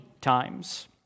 times